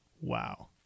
wow